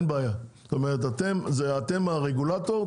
אתם הרגולטור,